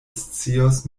scios